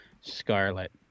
Scarlet